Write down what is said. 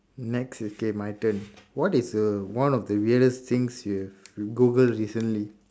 next okay my turn what is the one of the weirdest things you have Googled recently